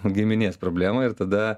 giminės problemą ir tada